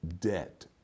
debt